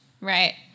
right